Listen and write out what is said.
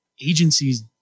agencies